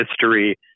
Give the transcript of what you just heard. history